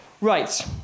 Right